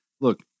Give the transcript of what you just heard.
look